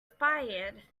expired